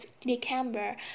December